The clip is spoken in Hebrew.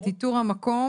את איתור המקום.